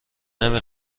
نمی